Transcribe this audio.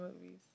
movies